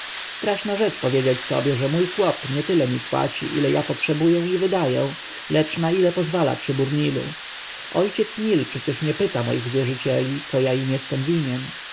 straszna rzecz powiedzieć sobie że mój chłop nietyle mi płaci ile ja potrzebuję i wydaję lecz na ile pozwala przybór nilu ojciec nil przecie nie pyta moich wierzycieli co ja im jestem winien